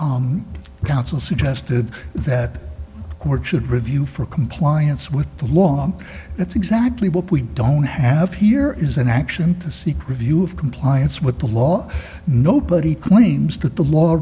the council suggested that more should review for compliance with the law that's exactly what we don't have here is an action to seek review of compliance with the law nobody claims that the law